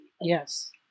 Yes